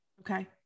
Okay